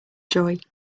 joy